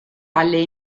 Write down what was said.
alle